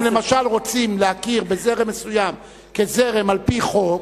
אם למשל רוצים להכיר בזרם מסוים כזרם על-פי חוק,